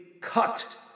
cut